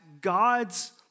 God's